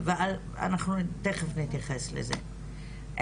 אנחנו תכף נתייחס לזה.